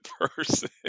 person